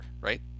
right